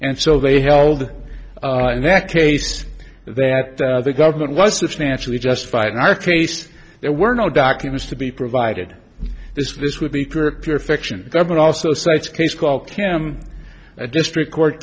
and so they held in that case that the government was substantially justified in our case there were no documents to be provided this would be pure pure fiction government also cites case called him a district court